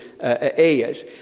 areas